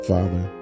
Father